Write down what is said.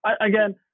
again